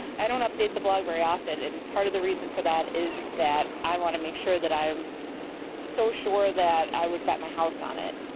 i don't update the blog very often, and part of the reason for that is that i want to make sure that i am so sure that i would bet my house on it.